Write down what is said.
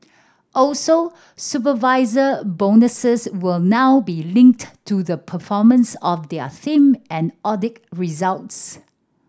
also supervisor bonuses will now be linked to the performance of their same and audit results